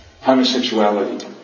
homosexuality